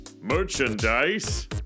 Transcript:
Merchandise